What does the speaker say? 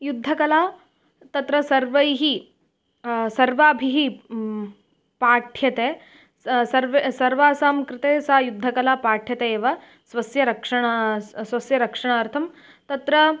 युद्धकला तत्र सर्वैः सर्वाभिः पाठ्यते स सर्वे सर्वासां कृते सा युद्धकला पाठ्यते एव स्वस्य रक्षणा स्वस्य रक्षणार्थं तत्र